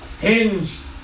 hinged